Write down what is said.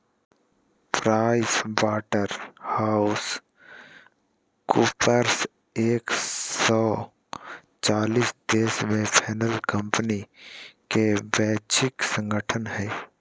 price Waterhouse Coopers एक सो चालीस देश में फैलल कंपनि के वैश्विक संगठन हइ